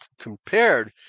compared